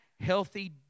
healthy